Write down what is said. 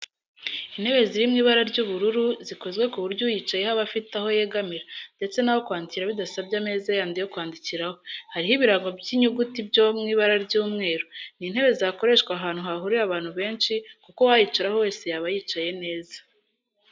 Intebe ziri mu ibara ry'ubururu zikozwe ku buryo uyicayeho aba afite aho yegamira ndetse n'aho kwandikira bidasabye ameza yandi yo kwandikiraho, hariho ibirango by'inyuguti byo mw'ibara ry'umweru. Ni intebe zakoreshwa ahantu hahuriye abantu benshi kuko uwayicaraho wese yaba yicaye neza